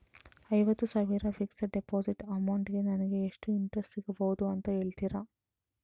ಐವತ್ತು ಸಾವಿರ fixed deposit amount ಗೆ ನಂಗೆ ಎಷ್ಟು ಇಂಟ್ರೆಸ್ಟ್ ಸಿಗ್ಬಹುದು ಅಂತ ಹೇಳ್ತೀರಾ?